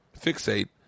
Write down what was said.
Fixate